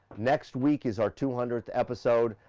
next week is our two hundredth episode,